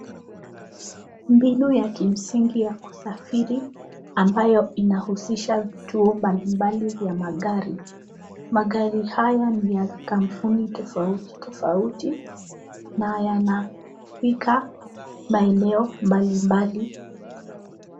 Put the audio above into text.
Mbinu ya kimsingi ya kusafiri ambayo inahusisha vituo mbalimbali vya magari. Magari haya ni ya kampuni tofauti tofauti, na yanafika maeneo mbalimbali.